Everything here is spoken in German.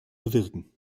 bewirken